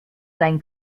sein